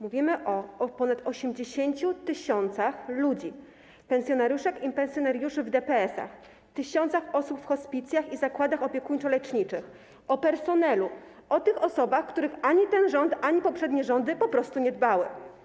Mówimy o ponad 80 tys. ludzi, o pensjonariuszkach i pensjonariuszach w DPS-ach, tysiącach osób w hospicjach i zakładach opiekuńczo-leczniczych, o personelu, o tych osobach, o które ani ten rząd, ani poprzednie rządy po prostu nie dbały.